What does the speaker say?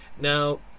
now